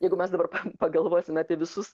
jeigu mes dabar pagalvosime apie visus